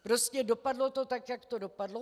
Prostě dopadlo to tak, jak to dopadlo.